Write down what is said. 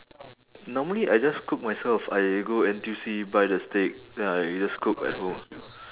normally I just cook myself I go N_T_U_C buy the steak then I just cook at home